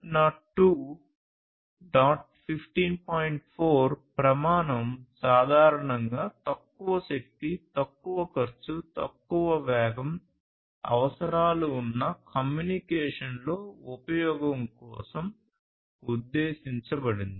4 ప్రమాణం సాధారణంగా తక్కువ శక్తి తక్కువ ఖర్చు తక్కువ వేగం అవసరాలు ఉన్న కమ్యూనికేషన్లో ఉపయోగం కోసం ఉద్దేశించబడింది